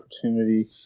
opportunity